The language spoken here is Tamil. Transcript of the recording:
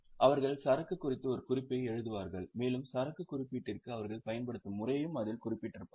அவர்கள் சரக்கு குறித்து ஒரு குறிப்பை எழுதுவார்கள் மேலும் சரக்கு மதிப்பீட்டிற்கு அவர்கள் பயன்படுத்தும் முறையையும் அதில் குறிப்பிட்டிருப்பார்கள்